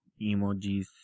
Emojis